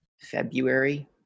February